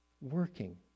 Working